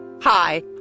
Hi